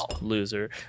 Loser